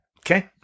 Okay